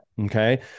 okay